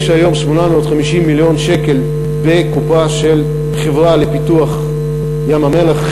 יש היום 850 מיליון שקל בקופה של החברה לפיתוח ים-המלח,